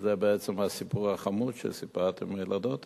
שזה בעצם הסיפור החמוד שסיפרת על הילדות האלה.